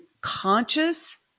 conscious